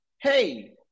hey